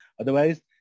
Otherwise